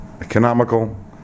economical